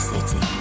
City